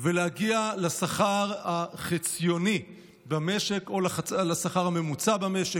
ולהגיע לשכר החציוני במשק או לשכר הממוצע במשק.